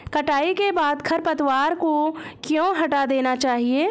कटाई के बाद खरपतवार को क्यो हटा देना चाहिए?